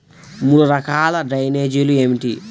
మూడు రకాల డ్రైనేజీలు ఏమిటి?